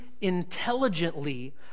intelligently